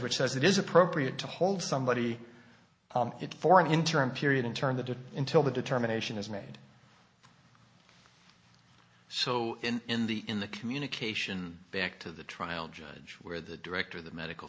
which says it is appropriate to hold somebody it for an interim period in turn the until the determination is made so in the in the communication back to the trial judge where the director of the medical